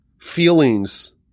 feelings